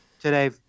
today